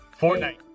Fortnite